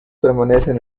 permanecen